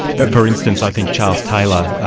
but for instance, i think charles taylor,